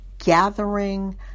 gathering